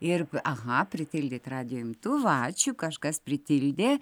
ir aha pritildyt radijo imtuvą ačiū kažkas pritildė